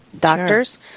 doctors